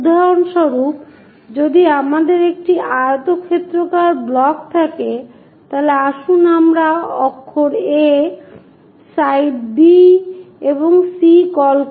উদাহরণস্বরূপ যদি আমাদের একটি আয়তক্ষেত্রাকার ব্লক থাকে তাহলে আসুন আমরা অক্ষর A সাইড B এবং C কল করি